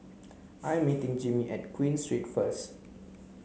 I am meeting Jimmie at Queen Street first